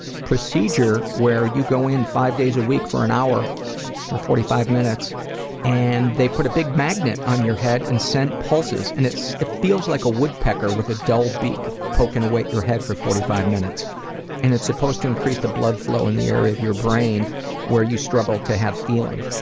procedure where you go in five days a week for an hour or forty five minutes and they put a big magnet on your head and send pulses, and it feels like a woodpecker with a dull beak poking away at your head for forty five minutes and it's supposed to increase the blood flow in the area of your brain where you struggle to have feeling.